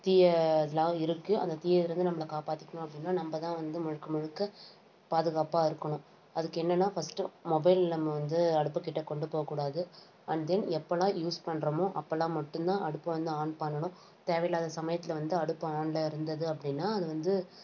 தீயதெலாம் இருக்குது அந்த தீயதிலேர்ந்து நம்மளை காப்பாற்றிக்கணும் அப்படின்னா நம்ம தான் வந்து முழுக்க முழுக்க பாதுகாப்பாக இருக்கணும் அதுக்கு என்னன்னா ஃபஸ்ட் மொபைல் வந்து அடுப்புக்கிட்டே கொண்டு போகக்கூடாது அண்ட் தென் எப்போதெல்லாம் யூஸ் பண்ணுறோமோ அப்போதெல்லாம் மட்டுந்தான் அடுப்பை வந்து ஆன் பண்ணணும் தேவையில்லாத சமயத்தில் வந்து அடுப்பு ஆன்ல இருந்தது அப்படின்னா அது வந்து